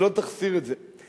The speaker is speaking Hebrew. שלא תחסיר את זה.